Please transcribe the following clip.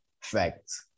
facts